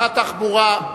התחבורה.